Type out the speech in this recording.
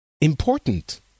important